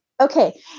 Okay